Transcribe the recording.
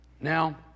Now